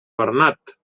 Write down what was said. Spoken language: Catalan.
bernat